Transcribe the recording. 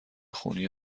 خونی